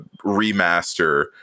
remaster